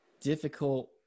difficult